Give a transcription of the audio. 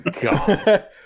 God